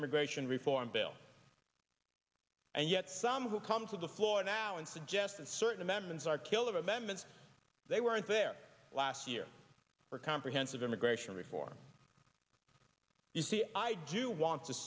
immigration reform bill and yet some who comes to the floor now and suggest that certain amendments are killer amendments they weren't there last year for comprehensive immigration reform you see i do want to